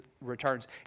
returns